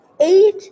eight